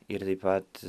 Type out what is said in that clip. ir taip pat